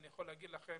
אני יכול לומר לכם